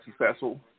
successful